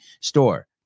store